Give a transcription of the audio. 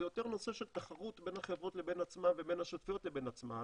זה יותר נושא של תחרות בין החברות לבין עצמן ובין השותפויות לבין עצמן